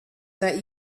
that